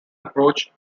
approach